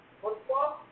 football